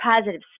positive